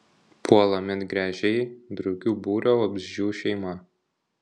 puola medgręžiai drugių būrio vabzdžių šeima